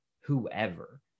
whoever